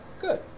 good